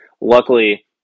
luckily